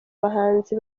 bahanzi